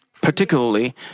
Particularly